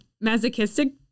masochistic